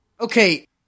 Okay